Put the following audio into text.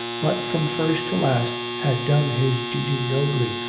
but from first to last had done his duty nobly,